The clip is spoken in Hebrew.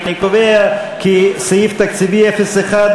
אני קובע כי סעיף תקציבי 01,